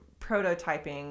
prototyping